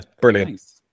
brilliant